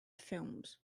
films